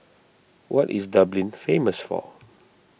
what is Dublin famous for